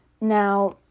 Now